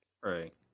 Right